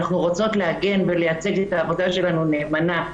אנחנו רוצות לייצג את העבודה שלנו נאמנה.